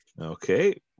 Okay